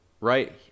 right